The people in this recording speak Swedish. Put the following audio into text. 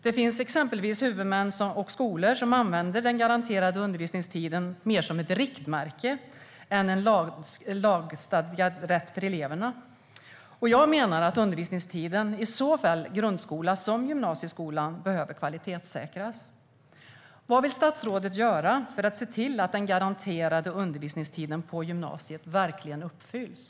Det finns exempelvis huvudmän och skolor som använder den garanterade undervisningstiden mer som ett riktmärke än en lagstadgad rätt för eleverna. Jag menar att undervisningstiden i såväl grundskolan som gymnasieskolan behöver kvalitetssäkras. Vad vill statsrådet göra för att se till att den garanterade undervisningstiden på gymnasiet verkligen hålls?